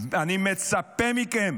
אני מצפה מכם